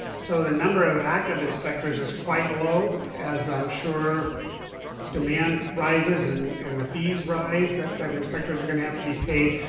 so the number of active instructors is quite low, as i'm sure demand rises and and the fees rise, that that inspectors are gonna have to be paid,